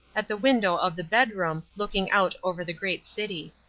at the window of the bedroom, looking out over the great city.